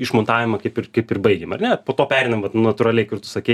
išmontavimą kaip ir kaip ir baigėm ar ne po to pereinam vat natūraliai kur tu sakei